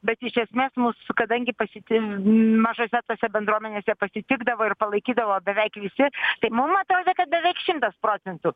bet iš esmės mus kadangi pasitin mažose tose bendruomenėse pasitikdavo ir palaikydavo beveik visi tai mum atrodė kad beveik šimtas procentų